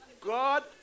God